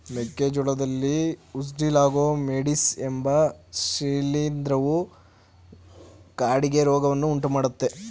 ಮೆಕ್ಕೆ ಜೋಳದಲ್ಲಿ ಉಸ್ಟಿಲಾಗೊ ಮೇಡಿಸ್ ಎಂಬ ಶಿಲೀಂಧ್ರವು ಕಾಡಿಗೆ ರೋಗವನ್ನು ಉಂಟುಮಾಡ್ತದೆ